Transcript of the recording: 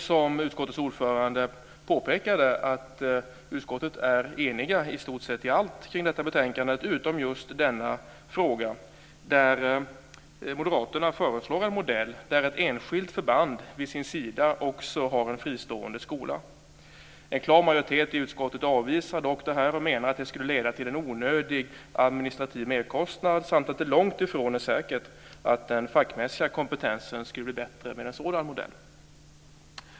Som utskottets ordförande påpekade är utskottet i stort sett enigt utom just i denna fråga där moderaterna föreslår en modell där ett enskilt förband vid sin sida också har en fristående skola. En klar majoritet i utskottet avvisar dock det här och menar att det skulle leda till en onödig administrativ merkostnad samt att det långt ifrån är säkert att den fackmässiga kompetensen blir bättre med en sådan modell.